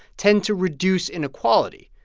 tend to reduce inequality.